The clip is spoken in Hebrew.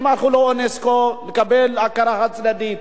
הם הלכו לאונסק"ו לקבל הכרה חד-צדדית,